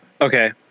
Okay